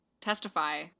testify